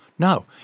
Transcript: No